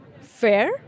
fair